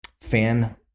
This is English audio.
fan